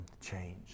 change